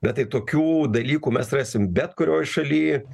bet tai tokių dalykų mes rasim bet kurioj šaly